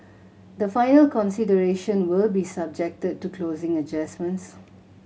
the final consideration will be subjected to closing adjustments